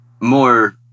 more